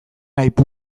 aipu